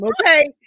Okay